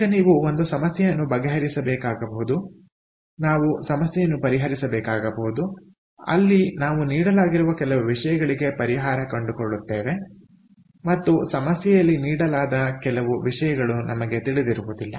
ಈಗ ನೀವು ಒಂದು ಸಮಸ್ಯೆಯನ್ನು ಬಗೆಹರಿಸಬೇಕಾಗಬಹುದುನಾವು ಸಮಸ್ಯೆಯನ್ನು ಪರಿಹರಿಸಬೇಕಾಗಬಹುದು ಅಲ್ಲಿ ನಾವು ನೀಡಲಾಗಿರುವ ಕೆಲವು ವಿಷಯಗಳಿಗೆ ಪರಿಹಾರ ಕಂಡುಕೊಳ್ಳುತ್ತೇವೆ ಮತ್ತು ಸಮಸ್ಯೆಯಲ್ಲಿ ನೀಡಲಾದ ಕೆಲವು ವಿಷಯಗಳು ನಮಗೆ ತಿಳಿದಿರುವುದಿಲ್ಲ